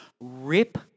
rip